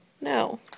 no